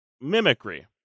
mimicry